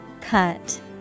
Cut